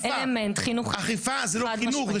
אכיפה זה לא חינוך.